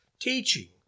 teaching